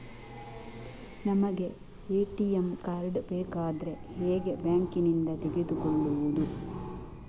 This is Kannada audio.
ನಮಗೆ ಎ.ಟಿ.ಎಂ ಕಾರ್ಡ್ ಬೇಕಾದ್ರೆ ಹೇಗೆ ಬ್ಯಾಂಕ್ ನಿಂದ ತೆಗೆದುಕೊಳ್ಳುವುದು?